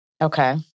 Okay